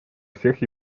всех